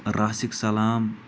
راسِک سَلام